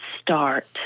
start